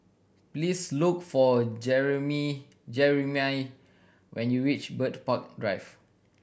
please look for Jerimy when you reach Bird Park Drive